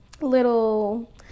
little